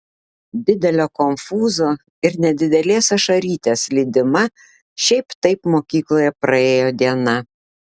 didelio konfūzo ir nedidelės ašarytės lydima šiaip taip mokykloje praėjo diena